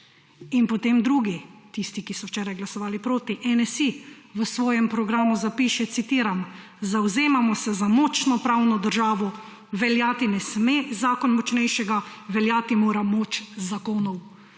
Potem drugi tisti, ki so včeraj glasovali proti NSi v svojem programu zapiše, citiram: »Zavzemamo se za močno pravno državo, veljati ne sme zakon močnejšega, veljati mora moč zakonov.«,